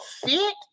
fit